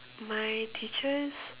my teachers